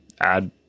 add